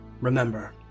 Remember